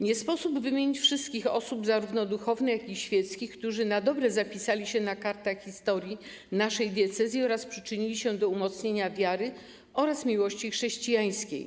Nie sposób wymienić wszystkich osób zarówno duchownych, jak i świeckich, które na dobre zapisały się na kartach historii naszej diecezji oraz przyczyniły się do umocnienia wiary oraz miłości chrześcijańskiej.